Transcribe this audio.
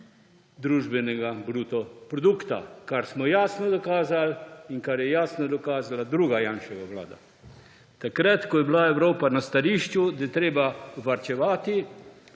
družbenega bruto produkta, kar smo jasno dokazali in kar je jasno dokazala druga Janševa vlada. Takrat, ko je bila Evropa na stališču, da je treba varčevati